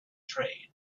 trade